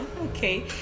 Okay